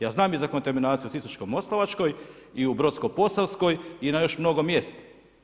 Ja znam i za kontaminaciju u Sisačkoj moslavačkoj i u Brodsko posavskoj i na još mnogo mjesta.